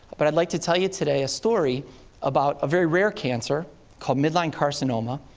but i'd like to tell you today a story about a very rare cancer called midline carcinoma,